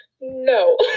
No